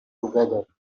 together